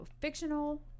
Fictional